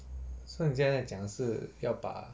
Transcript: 所以你现在讲是要把